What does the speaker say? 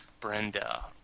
Brenda